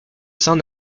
saint